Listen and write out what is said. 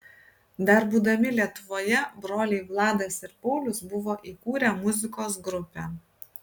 dar būdami lietuvoje broliai vladas ir paulius buvo įkūrę muzikos grupę